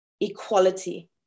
equality